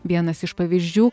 vienas iš pavyzdžių